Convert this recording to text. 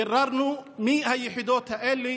ביררנו מי היחידות האלה,